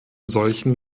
solchen